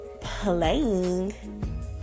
playing